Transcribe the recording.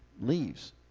leaves